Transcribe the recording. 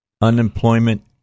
unemployment